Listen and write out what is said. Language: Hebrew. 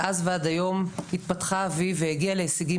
מאז ועד היום התפתחה אביב והגיע להישגים